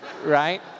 right